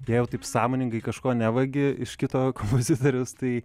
vėl taip sąmoningai kažko nevagi iš kito kompozitoriaus tai